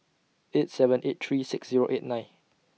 eight seven eight three six Zero eight nine